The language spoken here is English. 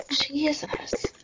Jesus